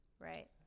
right